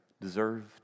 deserved